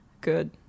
Good